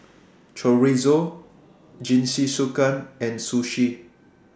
Chorizo Jingisukan and Sushi